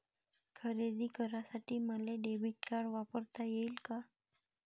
खरेदी करासाठी मले डेबिट कार्ड वापरता येईन का?